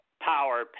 power